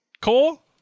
Cool